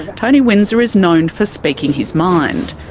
tony windsor is known for speaking his mind.